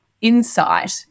insight